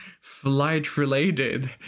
flight-related